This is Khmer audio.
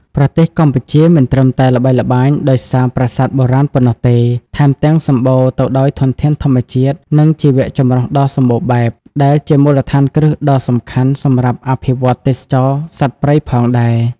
ប្រទេសកម្ពុជាមិនត្រឹមតែល្បីល្បាញដោយសារប្រាសាទបុរាណប៉ុណ្ណោះទេ ថែមទាំងសម្បូរទៅដោយធនធានធម្មជាតិ និងជីវៈចម្រុះដ៏សម្បូរបែប ដែលជាមូលដ្ឋានគ្រឹះដ៏សំខាន់សម្រាប់អភិវឌ្ឍទេសចរណ៍សត្វព្រៃផងដែរ។